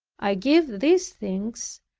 i give these things,